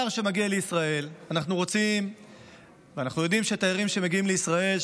אנחנו רוצים ואנחנו יודעים שתיירים שמגיעים לישראל,